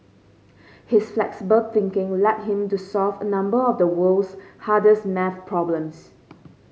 his flexible thinking led him to solve a number of the world's hardest maths problems